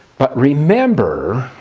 but remember